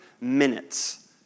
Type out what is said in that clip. minutes